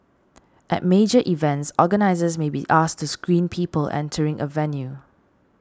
at major events organisers may be asked to screen people entering a venue